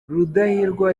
rudahigwa